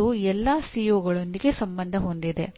ಭಾರತವು ಎರಡು ರೀತಿಯ ಸಂಸ್ಥೆಗಳನ್ನು ಹೊಂದಿದೆ